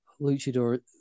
Luchador